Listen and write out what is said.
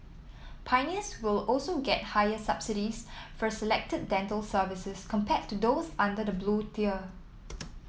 pioneers will also get higher subsidies for selected dental services compared to those under the Blue Tier